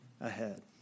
ahead